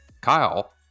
Kyle